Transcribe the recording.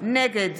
נגד